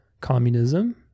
communism